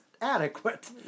adequate